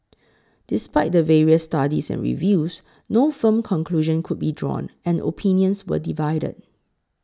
despite the various studies and reviews no firm conclusion could be drawn and opinions were divided